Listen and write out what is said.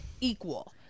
equal